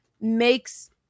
makes